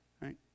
right